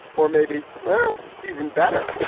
or maybe it's even better.